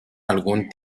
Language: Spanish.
algún